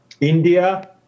India